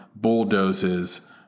bulldozes